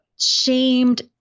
shamed